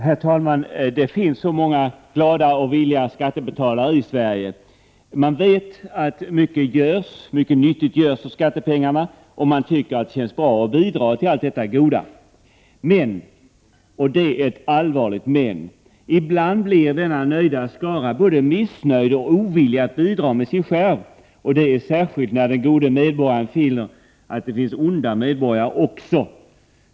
Herr talman! Det finns många glada och villiga skattebetalare i Sverige. Man vet att mycket nyttigt görs för pengarna, och man tycker att det känns bra att bidra till allt detta goda. Men — och det är ett allvarligt men — ibland blir denna nöjda skara både missnöjd och ovillig att bidra med sin skärv. Det är särskilt när den gode medborgaren finner att det finns onda medborgare också.